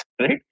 right